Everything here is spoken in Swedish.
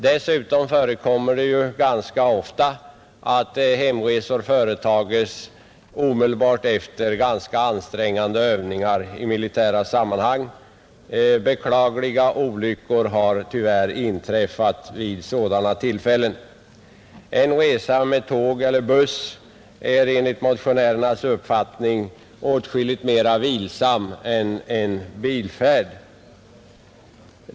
Dessutom förekommer det inte så sällan att hemresor företas omedelbart efter ganska ansträngande övningar. Beklagliga olyckor har tyvärr inträffat vid sådana tillfällen. En resa med tåg eller buss är enligt motionärernas uppfattning åskilligt mer vilsam än en bilfärd.